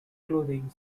clothing